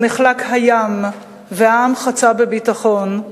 שבה נחלק הים והעם חצה בביטחון,